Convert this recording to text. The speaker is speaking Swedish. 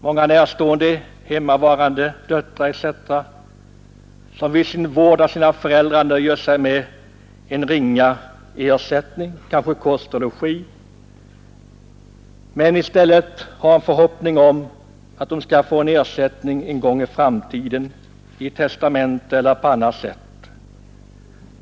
Exempelvis många hemmavarande döttrar som vid vården av sina föräldrar nöjer sig med en ringa ersättning — kanske kost och logi — hyser väl i stället en förhoppning om att de skall få en ersättning någon gång i framtiden, i testamente eller liknande.